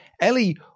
Ellie